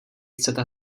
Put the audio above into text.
chcete